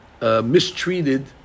mistreated